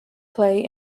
play